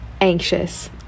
anxious